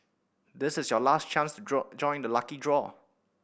this is your last chance to join join the lucky draw